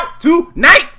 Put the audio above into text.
tonight